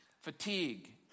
fatigue